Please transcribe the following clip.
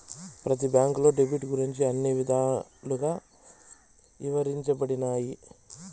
ప్రతి బ్యాంకులో డెబిట్ గురించి అన్ని విధాలుగా ఇవరించబడతాయి